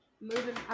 moving